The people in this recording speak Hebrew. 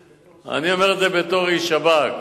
אתה אומר את זה בתור איש שב"כ